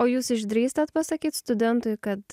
o jūs išdrįstat pasakyt studentui kad